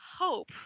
hope